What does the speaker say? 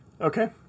Okay